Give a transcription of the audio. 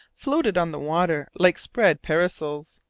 floated on the water like spread parasols.